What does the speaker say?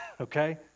okay